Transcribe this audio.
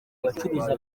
abacuruza